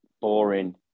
boring